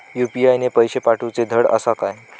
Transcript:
UPI ने पैशे पाठवूचे धड आसा काय?